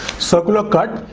sokaluk cut,